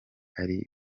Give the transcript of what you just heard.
ari